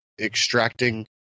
extracting